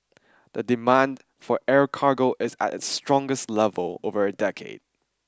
the demand for air cargo is at its strongest level over a decade